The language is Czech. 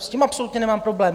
S tím absolutně nemám problém.